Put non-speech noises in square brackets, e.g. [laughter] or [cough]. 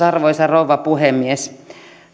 [unintelligible] arvoisa rouva puhemies